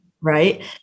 Right